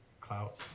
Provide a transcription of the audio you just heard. clout